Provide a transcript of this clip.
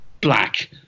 black